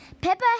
Peppa